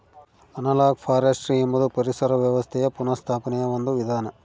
analogue forestry ಎಂಬುದು ಪರಿಸರ ವ್ಯವಸ್ಥೆಯ ಪುನಃಸ್ಥಾಪನೆಯ ಒಂದು ವಿಧಾನ